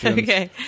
Okay